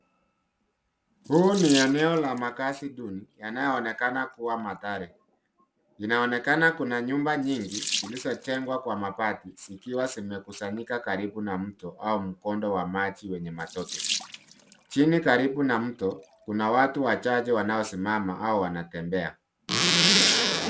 Huu ni eneo la makazi duni yanayoonekana kuwa Mathare. Inaonekana kuna nyumba nyingi zilizojengwa kwa mabati zikiwa zimekusanyika karibu na mto au mkondo wa maji wenye matope. Chini karibu na mto, kuna watu wachache wanaosimama au wanatembea.